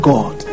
God